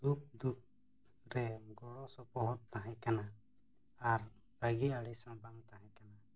ᱥᱩᱠᱷᱼᱫᱩᱠᱷᱨᱮ ᱜᱚᱲᱚ ᱥᱚᱯᱚᱦᱚᱫ ᱛᱟᱦᱮᱸᱠᱟᱱᱟ ᱟᱨ ᱨᱟᱹᱜᱤ ᱟᱹᱲᱤᱥᱦᱚᱸ ᱵᱟᱝ ᱛᱟᱦᱮᱸᱠᱟᱱᱟ